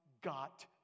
got